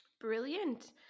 Brilliant